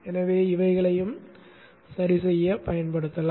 எனவே இவைகளை சரிசெய்யவும் பயன்படுத்தலாம்